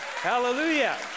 Hallelujah